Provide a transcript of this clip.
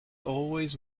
always